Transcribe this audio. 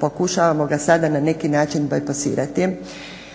pokušavamo ga sada na neki način bajpasirati